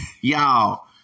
y'all